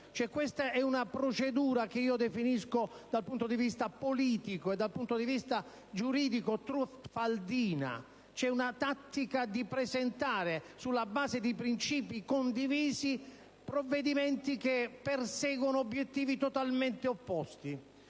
tratta di una procedura che definisco dal punto di vista politico e giuridico truffaldina: la tattica di presentare, sulla base di principi condivisi, provvedimenti che perseguono obiettivi totalmente opposti.